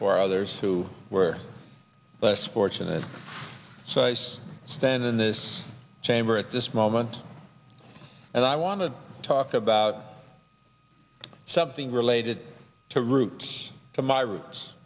for others who were less fortunate so ice stand in this chamber at this moment and i want to talk about something related to roots to my roots